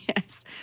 Yes